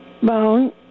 Bone